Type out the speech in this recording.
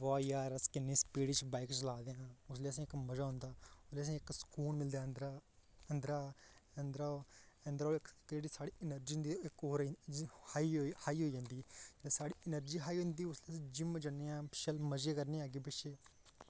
वाह् यार अस किन्नी स्पीड च बाइक चला दे आं उसदा असें ई इक मज़ा औंदा ऐ ते असें ई इक सुकून मिलद ऐ अंदरा अंदरा अंदरा अंदरा इक जेह्ड़ी साढ़ी अंदरा एनर्जी होंदी ओह् हाई होई जंदी ते साढ़ी एनर्जी हाई होई जंदी ते अस जिम जन्ने आं ते शैल मज़े करने आं अग्गें पिच्छें